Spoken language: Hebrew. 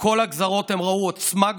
בכל הגזרות הם ראו עוצמה גדולה.